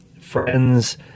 friends